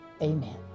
amen